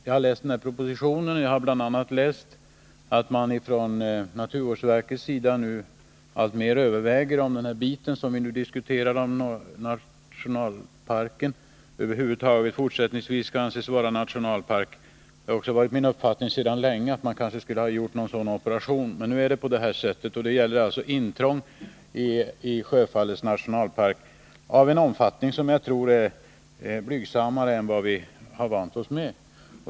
Jag har läst propositionen, där det bl.a. står att man från naturvårdsverkets sida alltmer överväger om den del av nationalparken som vi nu diskuterar över huvud taget skall anses vara nationalpark fortsättningsvis. Det har också sedan länge varit min uppfattning att man skulle göra en operation i det syftet. Men nu gäller det alltså ett intrång i Stora Sjöfallets nationalpark av en omfattning som jag tror är blygsammare än vad vi varit vana vid.